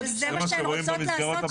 זה מה שרואים במסגרות הפרטיות.